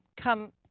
come